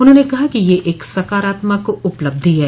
उन्होंने कहा कि यह एक सकारात्मक उपलब्धि है